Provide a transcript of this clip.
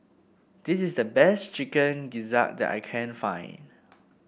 this is the best Chicken Gizzard that I can find